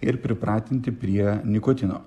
ir pripratinti prie nikotino